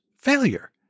failure